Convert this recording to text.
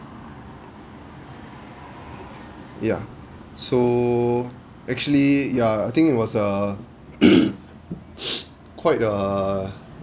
so actually ya I think it was a quite a